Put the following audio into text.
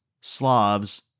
Slavs